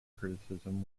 criticism